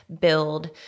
build